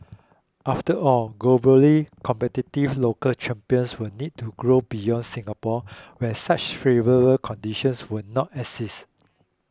after all globally competitive local champions will need to grow beyond Singapore where such favourable conditions will not exist